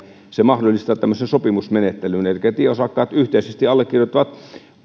mahdollistaa tämmöisen sopimusmenettelyn elikkä tieosakkaat yhteisesti allekirjoittavat